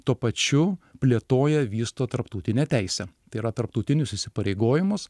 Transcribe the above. tuo pačiu plėtoja vysto tarptautinę teisę tai yra tarptautinius įsipareigojimus